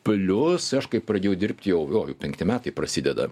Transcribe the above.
plius aš kai pradėjau dirbti jau jo penkti metai prasideda